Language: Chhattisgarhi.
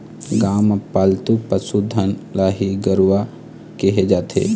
गाँव म पालतू पसु धन ल ही गरूवा केहे जाथे